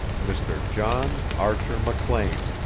mr. john archer mclean,